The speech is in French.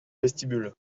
vestibule